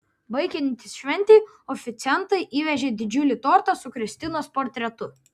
baigiantis šventei oficiantai įvežė didžiulį tortą su kristinos portretu